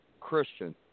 Christian